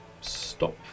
stop